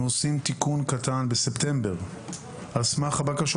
אנחנו עושים תיקון קטן בספטמבר על סמך הבקשות